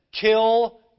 kill